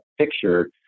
picture